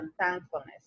thankfulness